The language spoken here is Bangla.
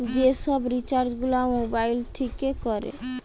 যে সব রিচার্জ গুলা মোবাইল থিকে কোরে